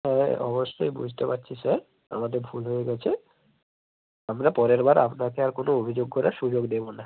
হ্যাঁ অবশ্যই বুঝতে পারছি স্যার আমাদের ভুল হয়ে গেছে আমরা পরেরবার আপনাকে আর কোনো অভিযোগ করার সুযোগ দেবো না